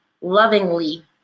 lovingly